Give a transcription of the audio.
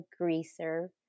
greaser